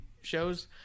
shows